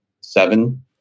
Seven